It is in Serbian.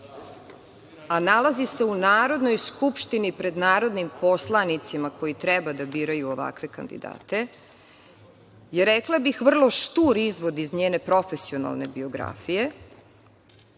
a nalazi se u Narodnoj skupštini, pred narodnim poslanicima, koji treba da biraju ovakve kandidate je, rekla bih vrlo štur izvod iz njene profesionalne biografije,